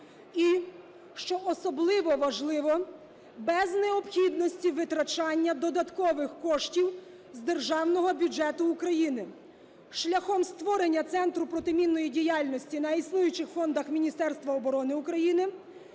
і, що особливо важливо, без необхідності витрачання додаткових коштів з Державного бюджету України шляхом створення центру протимінної діяльності на існуючих фондах Міністерства оборони України,